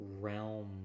realm